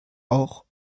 auch